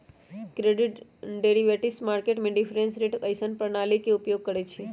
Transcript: credit derivatives market में difference rate जइसन्न प्रणालीइये के उपयोग करइछिए